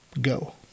Go